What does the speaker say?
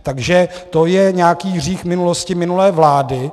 Takže to je nějaký hřích minulosti, minulé vlády.